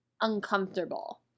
uncomfortable